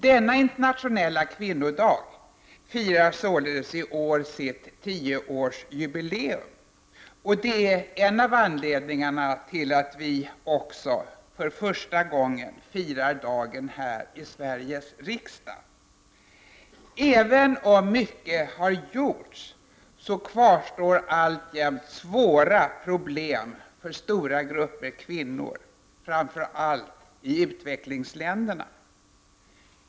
Denna internationella kvinnodag firar således i år sitt tioårsjubileum. Det är en av anledningarna till att vi också, för första gången, firar dagen här i Sverigs riksdag. Även om mycket har gjorts kvarstår alltjämt svåra problem för stora grupper kvinnor, framför allt i utvecklingsländerna.